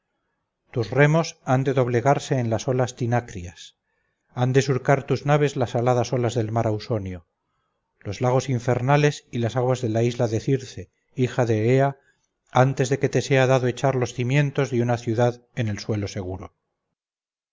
tus remos han de doblegarse en las olas trinacrias han de surcar tus naves las aladas olas del mar ausonio los lagos infernales y las aguas de la isla de circe hija de eea antes de que te sea dado echar los cimientos de una ciudad en el suelo seguro